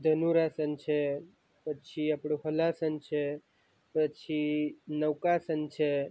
ધનુરાસન છે પછી આપણું હલાસન છે પછી નૌકાસન છે